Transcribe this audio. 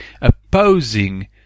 opposing